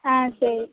ஆ சரி